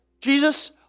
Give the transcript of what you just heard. Jesus